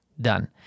done